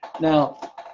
Now